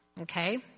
okay